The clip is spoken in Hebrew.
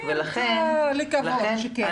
אני רוצה לקוות כך.